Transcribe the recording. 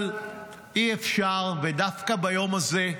אבל אי-אפשר, ודווקא ביום הזה,